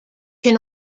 can